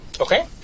Okay